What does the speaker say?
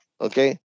okay